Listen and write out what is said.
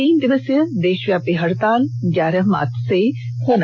तीन दिवसीय देषव्यापी हडताल ग्यारह मार्च से होगा